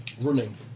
running